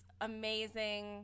amazing